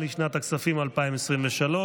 הגבוהה, לשנת הכספים 2023,